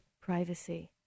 privacy